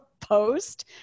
post